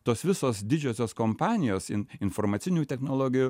tos visos didžiosios kompanijos informacinių technologijų